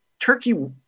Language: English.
Turkey